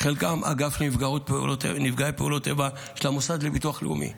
חלקם באגף נפגעי פעולות איבה של המוסד לביטוח לאומי.